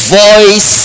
voice